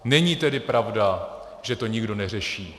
Není tedy pravda, že to nikdo neřeší.